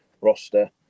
roster